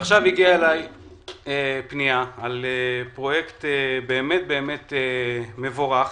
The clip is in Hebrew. עכשיו הגיעה אליי פנייה על פרויקט באמת מבורך